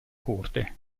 corte